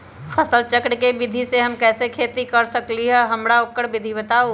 फसल चक्र के विधि से हम कैसे खेती कर सकलि ह हमरा ओकर विधि बताउ?